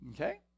Okay